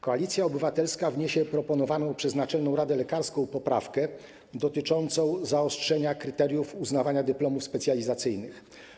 Koalicja Obywatelska wniesie proponowaną przez Naczelną Radę Lekarską poprawkę dotyczącą zaostrzenia kryteriów uznawania dyplomów specjalizacyjnych.